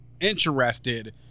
interested